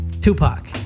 Tupac